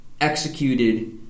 executed